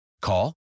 Call